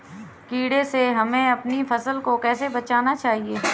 कीड़े से हमें अपनी फसल को कैसे बचाना चाहिए?